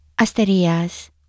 Asterias